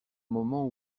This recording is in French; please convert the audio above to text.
moment